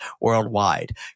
worldwide